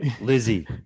Lizzie